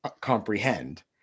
comprehend